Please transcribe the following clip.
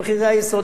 מחירי היסוד,